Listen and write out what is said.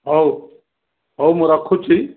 ହଉ ହଉ ମୁଁ ରଖୁଛି